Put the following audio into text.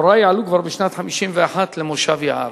הורי עלו כבר בשנת 1951 למושב יערה,